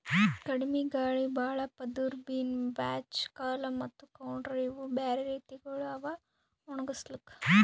ಕಡಿಮಿ ಗಾಳಿ, ಭಾಳ ಪದುರ್, ಬಿನ್ ಬ್ಯಾಚ್, ಕಾಲಮ್ ಮತ್ತ ಕೌಂಟರ್ ಇವು ಬ್ಯಾರೆ ರೀತಿಗೊಳ್ ಅವಾ ಒಣುಗುಸ್ಲುಕ್